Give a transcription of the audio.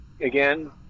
Again